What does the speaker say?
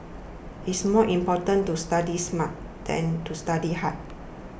it's more important to study smart than to study hard